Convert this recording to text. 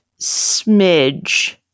smidge